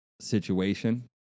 situation